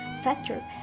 factor